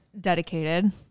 dedicated